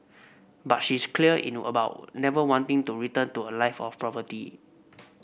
but she's clear in about never wanting to return to a life of poverty